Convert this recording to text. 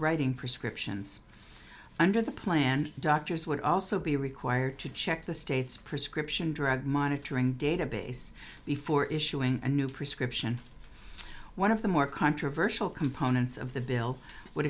writing prescriptions under the plan doctors would also be required to check the state's prescription drug monitoring database before issuing a new prescription one of the more controversial components of the bill would